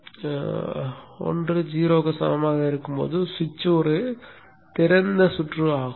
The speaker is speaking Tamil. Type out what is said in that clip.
I 0 க்கு சமமாக இருக்கும்போது சுவிட்ச் ஒரு திறந்த சுற்று ஆகும்